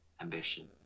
ambition